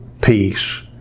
peace